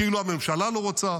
כאילו הממשלה לא רוצה,